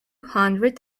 hundred